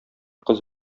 кыз